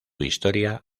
historia